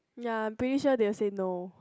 ya pretty sure they will say no